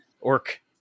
Orc